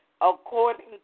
according